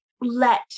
let